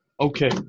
Okay